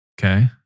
Okay